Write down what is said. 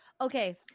Okay